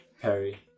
Perry